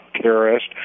terrorist